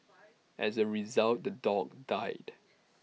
as A result the dog died